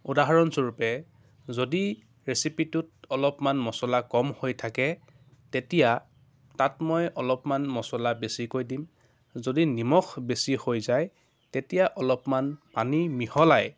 উদাহৰণস্বৰূপে যদি ৰেচিপিটোত অলপমান মচলা কম হৈ থাকে তেতিয়া তাত মই অলপমান মচলা বেছিকৈ দিম যদি নিমখ বেছি হৈ যায় তেতিয়া অলপমান পানী মিহলাই